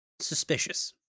Suspicious